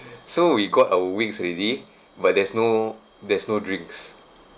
so we got our wings already but there's no there's no drinks